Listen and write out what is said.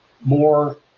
more